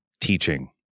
teaching